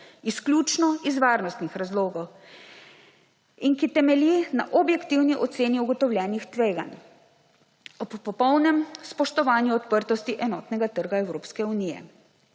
izključno iz varnostnih razlogov, in ki temelji na objektivni oceni ugotovljenih tveganj, ob popolnem spoštovanju odprtosti enotnega trga Evropske unije.